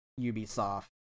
Ubisoft